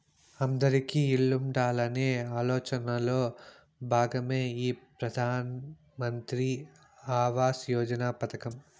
అందిరికీ ఇల్లు ఉండాలనే ఆలోచనలో భాగమే ఈ ప్రధాన్ మంత్రి ఆవాస్ యోజన పథకం